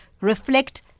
reflect